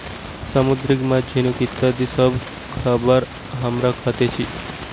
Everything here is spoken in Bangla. সামুদ্রিক মাছ, ঝিনুক ইত্যাদি সব খাবার হামরা খাতেছি